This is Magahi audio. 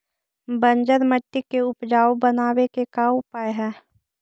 बंजर मट्टी के उपजाऊ बनाबे के का उपाय है?